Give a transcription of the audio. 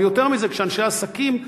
אבל יותר מזה כשאנשי עסקים,